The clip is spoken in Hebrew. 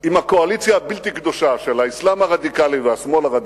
עם הקואליציה הבלתי קדושה של האסלאם הרדיקלי והשמאל הרדיקלי,